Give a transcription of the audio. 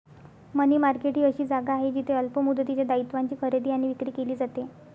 मनी market ही अशी जागा आहे जिथे अल्प मुदतीच्या दायित्वांची खरेदी आणि विक्री केली जाते